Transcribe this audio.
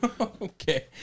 Okay